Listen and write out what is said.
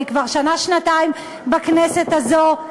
אני כבר שנה-שנתיים בכנסת הזאת,